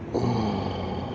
啊